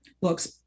books